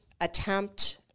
attempt